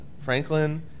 Franklin